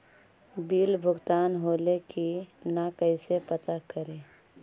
Bill भुगतान होले की न कैसे पता करी?